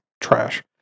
trash